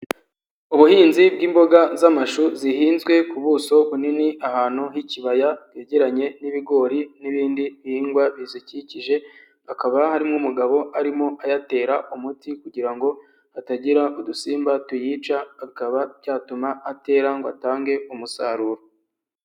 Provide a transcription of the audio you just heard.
Ubuhinzi bw'imboga z'amashu zihinzwe ku buso bunini ahantu h'ikibaya, hegeranye n'ibigori n'ibindi bihingwa bizikikije, hakaba harimo umugabo arimo ayatera umuti kugira ngo, hatagira udusimba tuyica akaba byatuma atera ngo atange umusaruro.